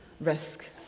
risk